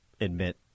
admit